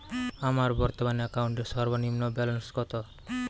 আমার বর্তমান অ্যাকাউন্টের সর্বনিম্ন ব্যালেন্স কত?